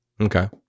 Okay